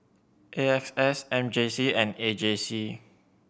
A X S M J C and A J C